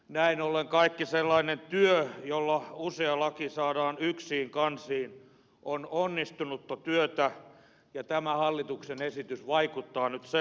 näin ollen kaikki sellainen työ jolla usea laki saadaan yksiin kansiin on onnistunutta työtä ja tämä hallituksen esitys vaikuttaa nyt sellaiselta